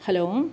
hello